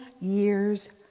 years